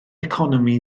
economi